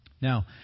Now